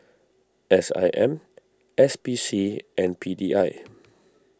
S I M S P C and P D I